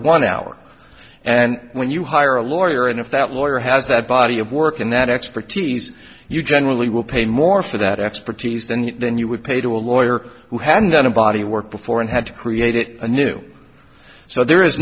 one hour and when you hire a lawyer and if that lawyer has that body of work and that expertise you generally will pay more for that expertise than than you would pay to a lawyer who hadn't done a body work before and had to create it anew so there is